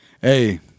Hey